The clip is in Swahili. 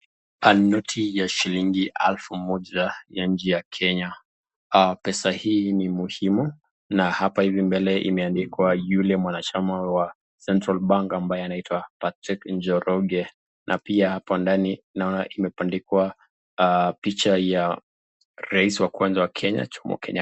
Noti ya shilingi elfu moja ya nchi ya Kenya, pesa hii ni muhimu na hapa hivi mbele imeandikwa yule mwanachama wa Central bank ambaye anaitwa Patrick Njoroge na pia hapo ndani naona imebandikwa picha ya rais wa kwanza wa kenya Jomo Kenyatta.